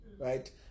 Right